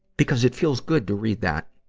because it feels good to read that.